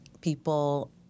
people